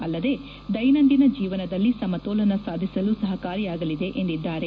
ಅಲ್ಲದೆ ದೈನಂದಿನ ಜೀವನದಲ್ಲಿ ಸಮತೋಲನ ಸಾಧಿಸಲು ಸಹಕಾರಿಯಾಗಲಿದೆ ಎಂದರು